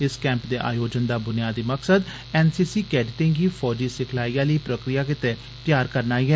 इस कैंप दे आयोजन दा बुनियादी मकसद एन सी सी कैडेटें गी फौजी सिखलाई आहली प्रक्रिया गितै तैयार करना ऐ